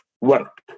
work